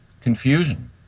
Confusion